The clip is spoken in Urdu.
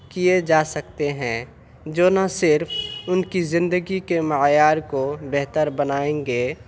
کیے جا سکتے ہیں جو نہ صرف ان کی زندگی کے معیار کو بہتر بنائیں گے